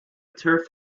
turf